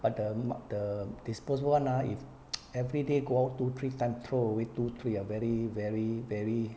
but the ma~ the disposable [one] ah if everyday go out two three time throw away two three ah very very very